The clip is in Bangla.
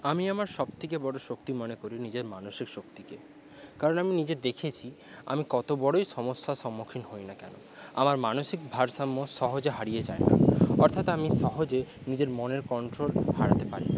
আমি আমার সবথেকে বড়ো শক্তি মনে করি নিজের মানসিক শক্তিকে কারণ আমি নিজে দেখেছি আমি কত বড়োই সমস্যার সম্মুখীন হই না কেন আমার মানসিক ভারসাম্য সহজে হারিয়ে যায় না অর্থাৎ আমি সহজে নিজের মনের কন্ট্রোল হারাতে পারি না